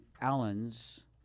allen's